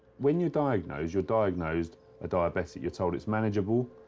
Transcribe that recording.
when you're diagnosed, you're diagnosed a diabetic, you're told it's manageable,